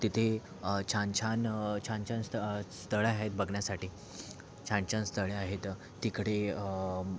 तिथे छान छान छान छान स्थ स्थळं आहेत बघण्यासाठी छान छान स्थळे आहेत तिकडे